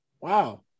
Wow